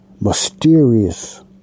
mysterious